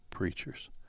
Preachers